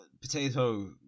potato